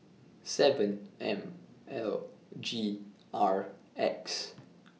seven M L G R X